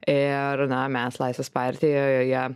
ir na mes laisvės partijoje